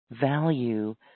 value